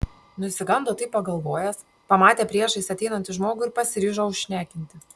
nusigando taip pagalvojęs pamatė priešais ateinanti žmogų ir pasiryžo užšnekinti